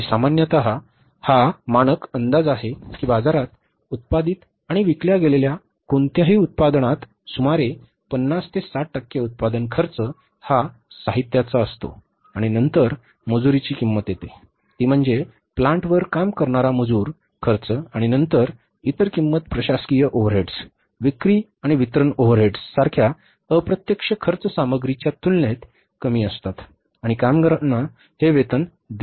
आणि सामान्यत हा मानक अंदाज आहे की बाजारात उत्पादित आणि विकल्या गेलेल्या कोणत्याही उत्पादनात सुमारे 50 ते 60 टक्के उत्पादन खर्च हा साहित्याचा खर्च येतो आणि नंतर मजुरीची किंमत येते ती म्हणजे प्लांट वर काम करणारा मजूर खर्च आणि नंतर इतर किंमत प्रशासकीय ओव्हरहेड्स विक्री आणि वितरण ओव्हरहेड्स सारख्या अप्रत्यक्ष खर्च सामग्रीच्या तुलनेत कमी असतात आणि कामगारांना हे वेतन दिले जाते